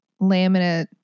laminate